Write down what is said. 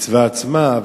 לקצבה עצמה.